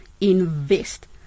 invest